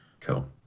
cool